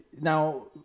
now